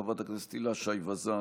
חברת הכנסת הילה שי וזאן,